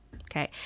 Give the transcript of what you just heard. okay